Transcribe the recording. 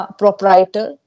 proprietor